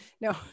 No